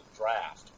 draft